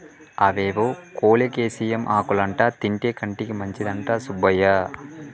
అవేవో కోలేకేసియం ఆకులంటా తింటే కంటికి మంచిదంట సుబ్బయ్య